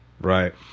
Right